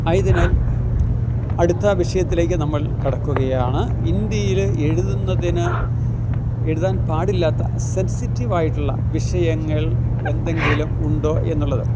ആയതിനാൽ അടുത്ത വിഷയത്തിലേക്ക് നമ്മൾ കടക്കുകയാണ് ഇന്ത്യയില് എഴുതുന്നതിന് എഴുതാൻ പാടില്ലാത്ത സെൻസിറ്റീവ് ആയിട്ടുള്ള വിഷയങ്ങൾ എന്തെങ്കിലുമുണ്ടോയെന്നുള്ളത്